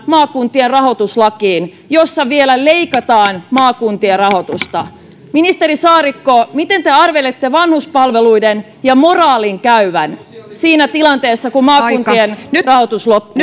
maakuntien rahoituslakiin jossa vielä leikataan maakuntien rahoitusta ministeri saarikko miten te arvelette vanhuspalveluiden ja moraalin käyvän siinä tilanteessa kun maakuntien rahoitus loppuu